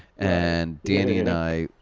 and danny and i,